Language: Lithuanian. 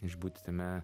išbūti tame